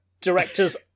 directors